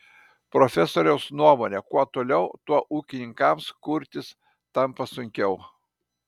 profesoriaus nuomone kuo toliau tuo ūkininkams kurtis tampa sunkiau